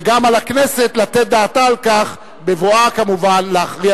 וגם על הכנסת לתת דעתה על כך בבואה כמובן להכריע